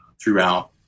throughout